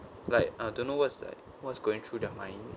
like I don't know what's that what's going through their mind